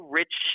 rich